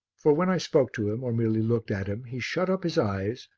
for when i spoke to him or merely looked at him, he shut up his eyes,